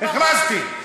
הכרזתי.